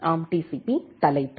B தலைப்பு